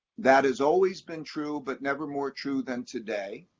that has always been true, but never more true than today.